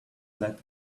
let